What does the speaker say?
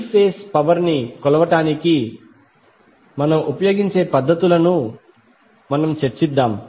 three phase power ని కొలవడానికి మనం ఉపయోగించే పద్ధతులను చర్చిద్దాం